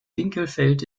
winkelfeld